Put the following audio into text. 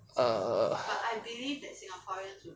err